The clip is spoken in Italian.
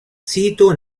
sito